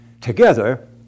Together